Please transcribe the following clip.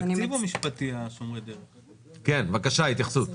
בבקשה, התייחסות.